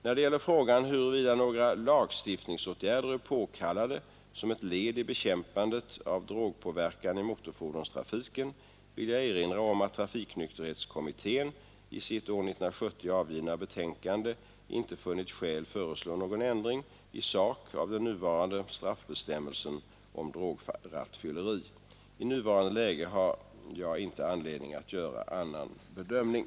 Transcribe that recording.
När det gäller frågan huruvida några lagstiftningsåtgärder är påkallade som ett led i bekämpandet av drogpåverkan i motorfordonstrafiken vill jag erinra om att trafiknykterhetskommittén i sitt år 1970 avgivna betänkande inte funnit skäl föreslå någon ändring i sak av den nuvarande straffbestämmelsen om drograttfylleri. I nuvarande läge har jag inte anledning att göra en annan bedömning.